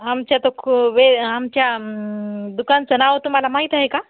आमच्या तर खू वे आमच्या दुकानचं नावं तुम्हाला माहीत आहे का